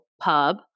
pub